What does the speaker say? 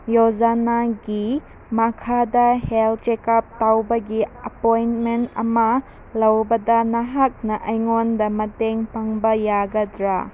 ꯌꯣꯖꯅꯥꯒꯤ ꯃꯈꯥꯗ health checkup ꯇꯧꯕꯒꯤ ꯑꯦꯄꯣꯏꯟꯃꯦꯟ ꯑꯃ ꯂꯧꯕꯗ ꯅꯍꯥꯛꯅ ꯑꯩꯉꯣꯟꯗ ꯃꯇꯦꯡ ꯄꯥꯡꯕ ꯌꯥꯒꯗ꯭ꯔꯥ